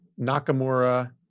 Nakamura